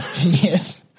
Yes